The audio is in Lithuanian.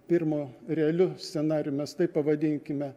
pirmu realiu scenarijumi mes taip pavadinkime